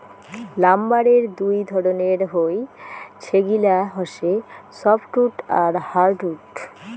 লাম্বারের দুই ধরণের হই, সেগিলা হসে সফ্টউড আর হার্ডউড